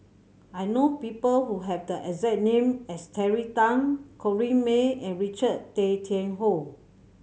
I know people who have the exact name as Terry Tan Corrinne May and Richard Tay Tian Hoe